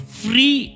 free